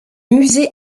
musée